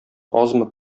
азмы